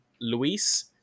Luis